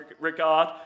regard